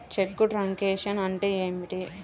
చెక్కు truncation అంటే ఏమిటి?